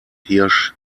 hirsch